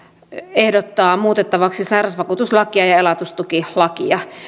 ehdottaa muutettavaksi sairausvakuutuslakia ja ja elatustukilakia